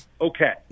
okay